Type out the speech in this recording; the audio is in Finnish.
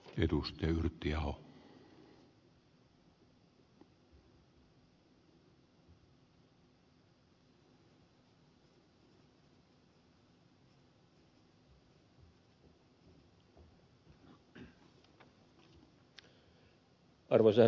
arvoisa herra puhemies